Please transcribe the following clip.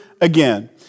again